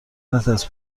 نترس